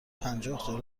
پنجاه